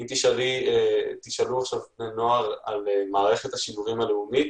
אם תשאלו עכשיו בני נוער על מערכת השידורים הלאומית,